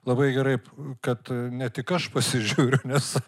labai gerai kad ne tik aš pasižiūriu nes